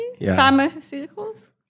Pharmaceuticals